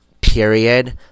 period